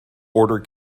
order